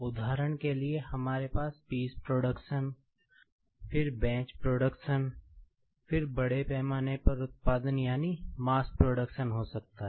उदाहरण के लिए हमारे पास पीस प्रोडक्शन हो सकता है